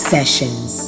Sessions